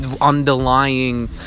underlying